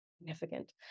significant